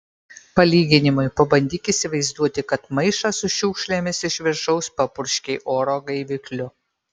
palyginimui pabandyk įsivaizduoti kad maišą su šiukšlėmis iš viršaus papurškei oro gaivikliu